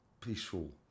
peaceful